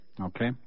Okay